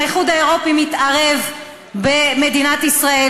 לפני שהאיחוד האירופי מתערב במדינת ישראל